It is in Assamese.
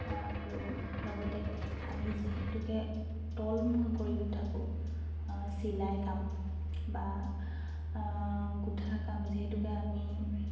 আৰু লগতে আমি যিহেতুকে তল মুৱা কৰি থাকোঁ চিলাই কাম বা গোঁঠা কাম যিহেতুকে আমি